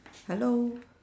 hello